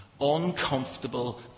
uncomfortable